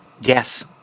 Yes